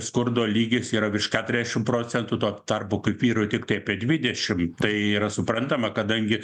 skurdo lygis yra virš keturiasdešim procentų tuo tarpu kaip vyrų tiktai apie dvidešim tai yra suprantama kadangi